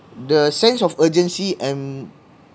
the sense of urgency and